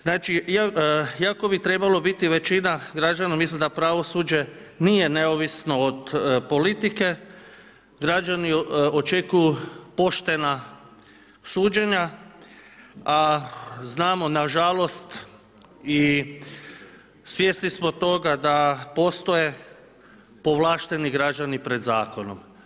Znači iako bi trebalo biti većina građana misli da pravosuđe nije neovisno od politike, građani očekuju poštena suđenja a znamo nažalost i svjesni smo toga da postoje povlašteni građani pred zakonom.